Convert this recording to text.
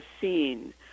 scene